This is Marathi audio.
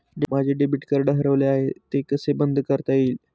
माझे डेबिट कार्ड हरवले आहे ते कसे बंद करता येईल?